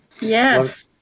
Yes